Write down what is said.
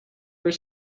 were